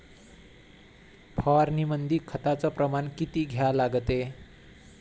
फवारनीमंदी खताचं प्रमान किती घ्या लागते?